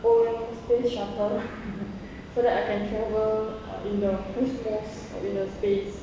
own space shuttle so that I can travel in the cosmos or in the space